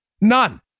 None